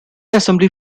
assembly